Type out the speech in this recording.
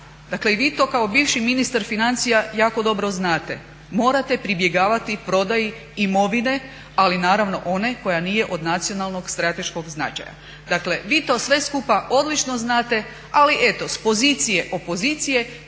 Dakle i vi to kao bivši ministar financija jako dobro znate. Morate pribjegavati prodaji imovine ali naravno one koja nije od nacionalnog strateškog značaja. Dakle vi to sve skupa odlično znate ali eto s pozicije opozicije